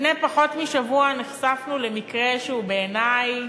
לפני פחות משבוע נחשפנו למקרה שבעיני הוא,